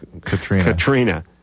Katrina